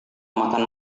makan